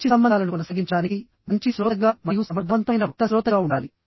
మంచి సంబంధాలను కొనసాగించడానికి మీరు మంచి శ్రోత గా మరియు సమర్థవంతమైన వక్త గా ఉండాలి